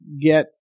get